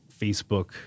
Facebook